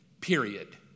Period